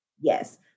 Yes